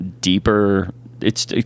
deeper—it's